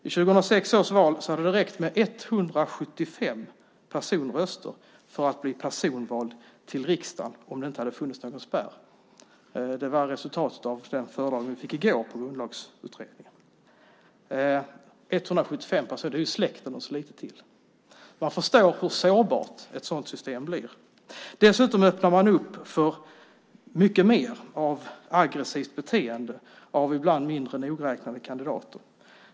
Vid 2006 års val hade det räckt med 175 personröster för att bli personvald till riksdagen, om det inte hade funnits någon spärr. Det var resultatet av den föredragning vi fick i går av Grundlagsutredningen. 175 personer - det är ju släkten och så några till. Man förstår hur sårbart ett sådant system blir. Dessutom öppnar man för mycket mer av aggressivt beteende av ibland mindre nogräknade kandidater.